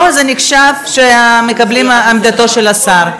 לא, זה נחשב שמקבלים את עמדתו של השר.